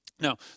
Now